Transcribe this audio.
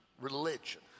religion